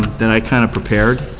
that i kind of prepared,